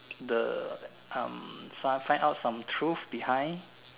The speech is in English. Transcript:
the um some find find out some truth behind